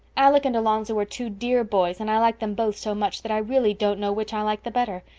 alec and alonzo are two dear boys, and i like them both so much that i really don't know which i like the better.